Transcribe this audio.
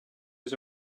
was